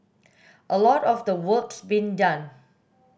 a lot of the work's been done